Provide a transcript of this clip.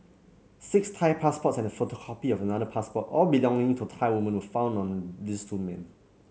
Six Thai passports and a photocopy of another passport all belonging to Thai women were found on this two men